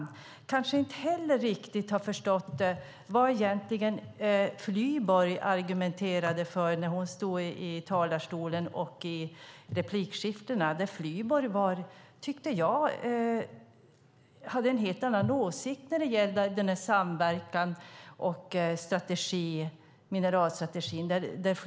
De kanske inte heller riktigt har förstått vad Flyborg egentligen argumenterade för i sitt anförande och i replikskiftena. Jag tyckte att hon hade en helt annan åsikt när det gäller samverkan och mineralstrategin.